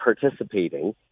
participating